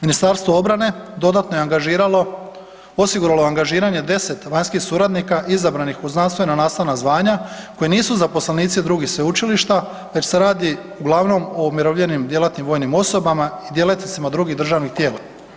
Ministarstvo obrane dodatno je osiguralo angažiranje 10 vanjskih suradnika izabranih u znanstveno-nastavna zvanja koji nisu zaposlenici drugih sveučilišta već se radi uglavnom o umirovljenim djelatnim vojnim osobama i djelatnicima drugih državnih tijela.